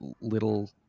little